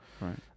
Right